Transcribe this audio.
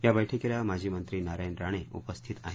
या बैठकीला माजी मंत्री नारायण राणे उपस्थित आहेत